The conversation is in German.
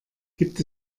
gibt